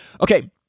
Okay